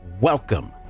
welcome